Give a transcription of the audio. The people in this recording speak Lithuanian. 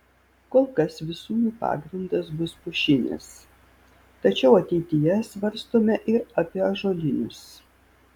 kol kas visų jų pagrindas bus pušinis tačiau ateityje svarstome ir apie ąžuolinius